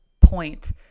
point